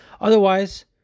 Otherwise